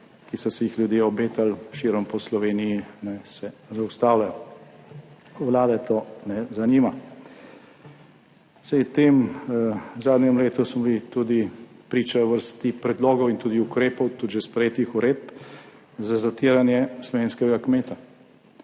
ki so si jih ljudje obetali širom po Sloveniji, se zaustavljajo. Vlade to ne zanima. V tem zadnjem letu smo bili tudi priča vrsti predlogov in tudi ukrepov, tudi že sprejetih uredb, za zatiranje slovenskega kmeta.